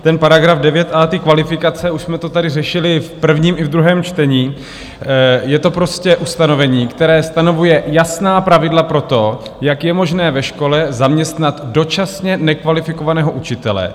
Ten § 9a, ty kvalifikace, už jsme to tady řešili v prvním i druhém čtení, je to prostě ustanovení, které stanovuje jasná pravidla pro to, jak je možné ve škole zaměstnat dočasně nekvalifikovaného učitele.